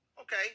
Okay